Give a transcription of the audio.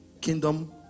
kingdom